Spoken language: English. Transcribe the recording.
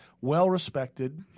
well-respected